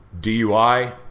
DUI